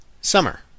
Summer